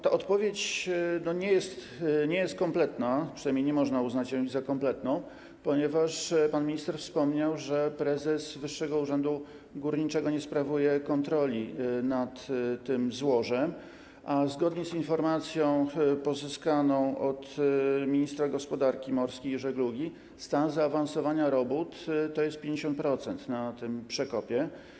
Ta odpowiedź nie jest kompletna, przynajmniej nie można uznać jej za kompletną, ponieważ pan minister wspomniał, że prezes Wyższego Urzędu Górniczego nie sprawuje kontroli nad tym złożem, a zgodnie z informacją pozyskaną od ministra gospodarki morskiej i żeglugi stan zaawansowania robót wynosi 50% na tym przekopie.